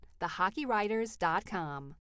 thehockeywriters.com